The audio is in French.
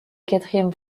quatrième